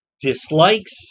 dislikes